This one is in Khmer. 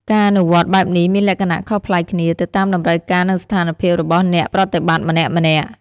ការអនុវត្តន៍បែបនេះមានលក្ខណៈខុសប្លែកគ្នា ទៅតាមតម្រូវការនិងស្ថានភាពរបស់អ្នកប្រតិបត្តិម្នាក់ៗ។